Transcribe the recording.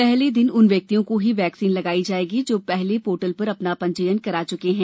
पहले दिन उन व्यक्तियों को ही वैक्सीन लगाई जाएगी जो पहले पोर्टल पर अपना पंजीयन करा चुके हैं